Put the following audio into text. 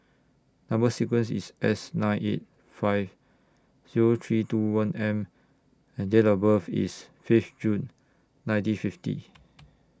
Number sequence IS S nine eight five Zero three two one M and Date of birth IS Fifth June nineteen fifty